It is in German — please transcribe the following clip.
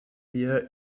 wir